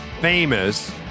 famous